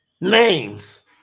names